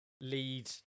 lead